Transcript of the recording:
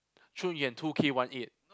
Chun Yuan two K one eight